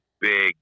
big